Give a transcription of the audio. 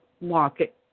market